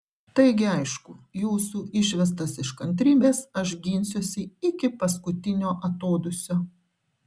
taigi aišku jūsų išvestas iš kantrybės aš ginsiuosi iki paskutinio atodūsio